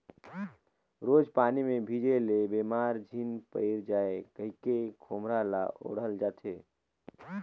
रोज पानी मे भीजे ले बेमार झिन पइर जाए कहिके खोम्हरा ल ओढ़ल जाथे